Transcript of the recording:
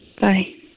bye